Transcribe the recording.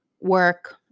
work